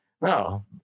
No